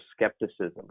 skepticism